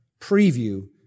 preview